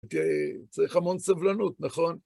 צריך המון סבלנות, נכון?